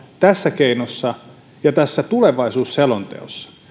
tässä keinossa ja tässä tulevaisuusselonteossa on